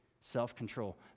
self-control